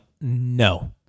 no